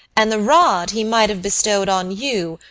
and the rod he might have bestowed on you,